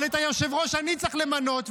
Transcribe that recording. אבל את היושב-ראש אני צריך למנות,